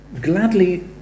gladly